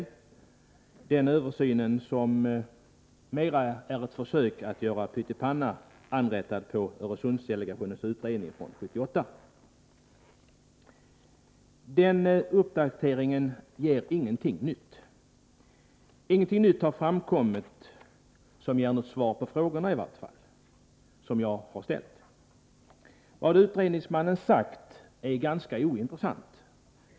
Det är en översyn som mest är ett försök att göra pyttipanna anrättad på Öresundsdelegationens utredning från 1978. Denna uppdatering ger ingenting nytt. I varje fall har inget nytt framkommit som ger svar på de frågor som jag har ställt. Nr 65 Vad utredningsmannen sagt är ganska ointressant.